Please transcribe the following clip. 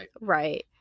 right